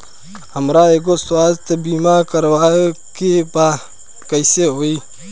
हमरा एगो स्वास्थ्य बीमा करवाए के बा कइसे होई?